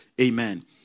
amen